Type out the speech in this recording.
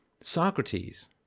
Socrates